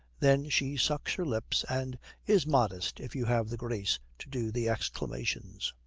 then she sucks her lips, and is modest if you have the grace to do the exclamations.